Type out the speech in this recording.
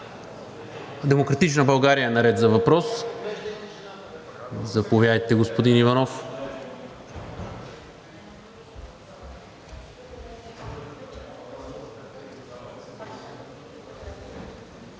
„Демократична България“ е наред за въпрос. Заповядайте, господин Иванов.